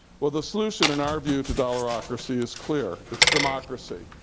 well, the solution, in our view, to dollarocracy is clear. it's democracy.